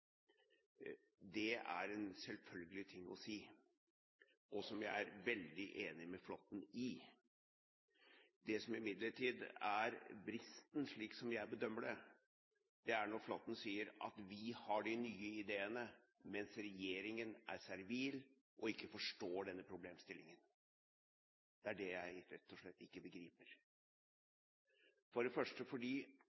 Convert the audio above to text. Det er en selvfølgelig ting å si, som jeg er veldig enig med Flåtten i. Det som imidlertid er bristen, slik jeg bedømmer det, er når Flåtten sier at vi har de nye ideene, mens regjeringen er servil og ikke forstår problemstillingen. Det er det jeg rett og slett ikke begriper.